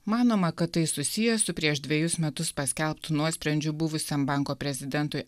manoma kad tai susiję su prieš dvejus metus paskelbtu nuosprendžiu buvusiam banko prezidentui